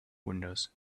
windows